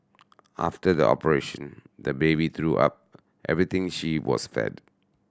after the operation the baby threw up everything she was fed